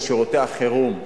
או שירותי החירום,